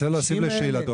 ואני רוצה להוסיף לשאלתו,